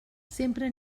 sempre